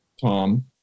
Tom –